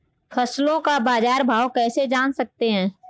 फसलों का बाज़ार भाव कैसे जान सकते हैं?